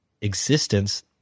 existence